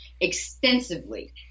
extensively